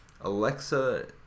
Alexa